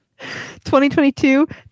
2022